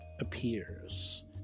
appears